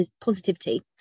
positivity